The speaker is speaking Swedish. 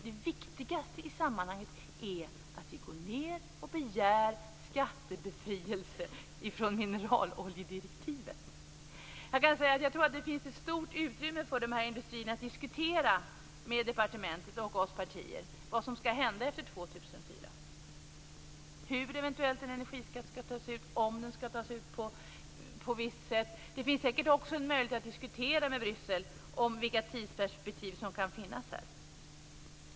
Det viktigaste i sammanhanget är att vi begär skattebefrielse från mineraloljedirektivet. Jag tror att det finns ett stort utrymme för de här industrierna att diskutera med departementet och oss partier om vad som skall hända efter år 2004, hur en energiskatt eventuellt skall tas ut och om den skall tas ut på visst sätt. Det finns säkert också en möjlighet att diskutera med Bryssel om vilka tidsperspektiv som kan finnas.